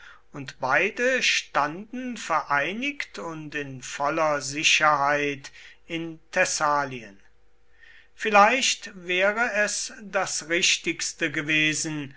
und beide standen vereinigt und in voller sicherheit in thessalien vielleicht wäre es das richtigste gewesen